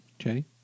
Okay